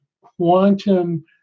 quantum